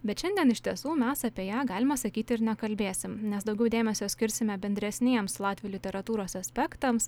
bet šiandien iš tiesų mes apie ją galima sakyti ir nekalbėsim nes daugiau dėmesio skirsime bendresniems latvių literatūros aspektams